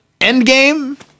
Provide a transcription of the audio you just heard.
Endgame